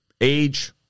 age